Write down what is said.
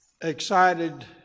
excited